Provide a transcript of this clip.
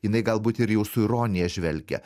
jinai galbūt ir jau su ironija žvelgia